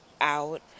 out